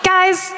Guys